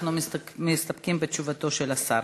אנחנו מסתפקים בתשובתו של השר.